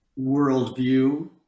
worldview